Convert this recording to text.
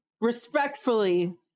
respectfully